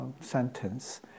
sentence